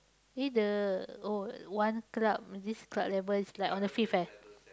eh the oh one club this club level is like on the fifth eh